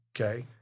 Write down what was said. okay